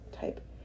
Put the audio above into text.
type